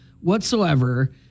whatsoever